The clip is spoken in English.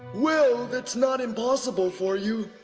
well, that's not impossible for you.